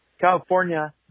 California